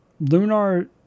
lunar